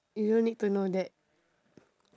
you don't need to know that